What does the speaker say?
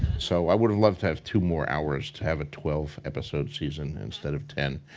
so, i would've loved to have two more hours to have a twelve episode season instead of ten.